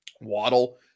Waddle